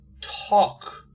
talk